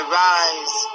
rise